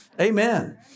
Amen